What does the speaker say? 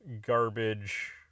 garbage